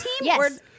Yes